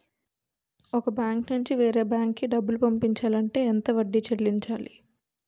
ఒక బ్యాంక్ నుంచి వేరే బ్యాంక్ కి డబ్బులు పంపించాలి అంటే ఎంత వడ్డీ చెల్లించాలి?